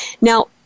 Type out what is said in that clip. Now